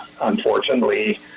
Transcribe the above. unfortunately